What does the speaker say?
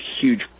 huge